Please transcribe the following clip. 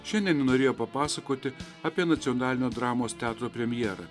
šiandien ji norėjo papasakoti apie nacionalinio dramos teatro premjerą